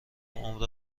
عمر